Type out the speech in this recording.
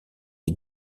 est